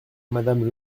madame